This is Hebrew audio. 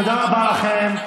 תודה רבה לכם.